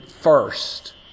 first